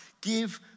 give